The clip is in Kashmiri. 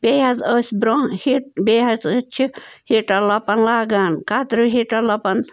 بیٚیہِ حظ ٲسۍ برٛۄنٛہہ ہہِ بیٚیہِ حظ ٲسۍ چھِ ہیٖٹر لۄپن لاگان کَتریوٗ ہیٖٹر لۄپن